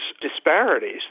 disparities